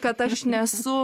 kad aš nesu